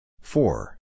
four